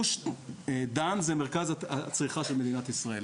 גוש דן זה מרכז הצריכה של מדינת ישראל,